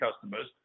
customers